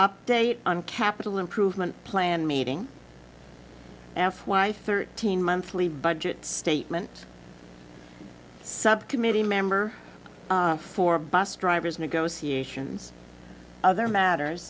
update on capital improvement plan meeting f why thirteen monthly budget statement sub committee member for bus drivers negotiations other matters